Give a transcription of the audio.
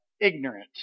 ignorant